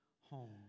home